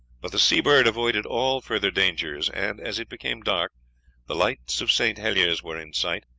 but the seabird avoided all further dangers, and as it became dark the lights of st. helier's were in sight,